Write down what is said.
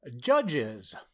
Judges